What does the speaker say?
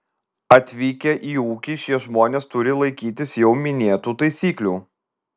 atvykę į ūkį šie žmonės turi laikytis jau minėtų taisyklių